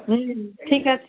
হুম ঠিক আছে